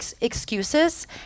excuses